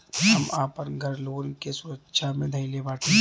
हम आपन घर लोन के सुरक्षा मे धईले बाटी